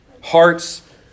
hearts